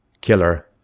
killer